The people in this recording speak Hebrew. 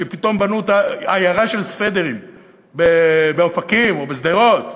שפתאום בנו עיירה של סוודרים כאופקים או שדרות.